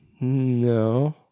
No